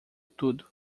tudo